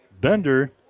Bender